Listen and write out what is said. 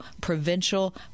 provincial